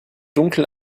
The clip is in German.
dunkel